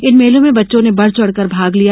इन मेले में बच्चों ने बढ़चढ़ कर भाग लिया